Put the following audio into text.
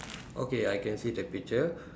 okay I can see the picture